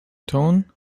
tone